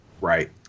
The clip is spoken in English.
right